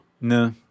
No